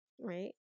right